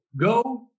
go